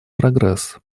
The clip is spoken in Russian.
прогресс